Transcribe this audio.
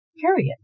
Period